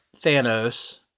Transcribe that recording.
Thanos